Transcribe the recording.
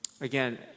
again